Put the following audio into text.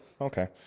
okay